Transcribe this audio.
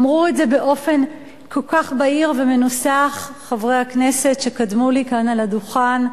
אמרו את זה באופן כל כך בהיר ומנוסח חברי הכנסת שקדמו לי כאן על הדוכן,